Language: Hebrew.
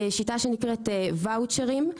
שנקראת ואוצ'רים.